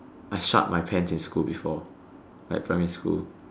I shot my pants in school before like primary school